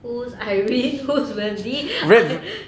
who's irene who's wendy